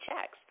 checks